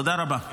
תודה רבה.